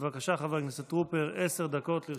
בבקשה, חבר הכנסת טרופר, עשר דקות לרשותך.